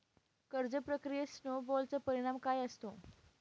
कर्ज प्रक्रियेत स्नो बॉलचा परिणाम काय असतो?